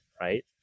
right